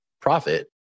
profit